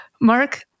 Mark